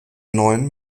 neuen